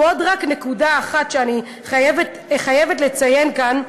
ורק עוד נקודה אחת אני חייבת לציין כאן: